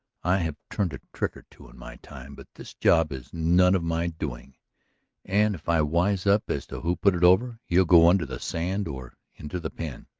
i have turned a trick or two in my time. but this job is none of my doing and if i wise up as to who put it over he'll go under the sand or into the pen,